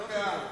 אני בעד,